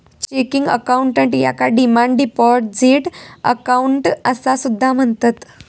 checking account याका demand deposit account असा सुद्धा म्हणतत